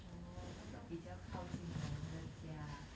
哦那个比较靠近我们的家